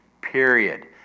period